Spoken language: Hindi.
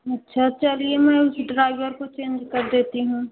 अच्छा चलिए मैं उस ड्राइवर को चेंज कर देती हूँ